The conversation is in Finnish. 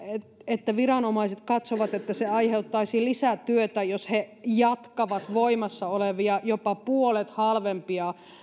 että viranomaiset katsovat että se aiheuttaisi lisätyötä jos he jatkavat voimassa olevia jopa puolet halvempia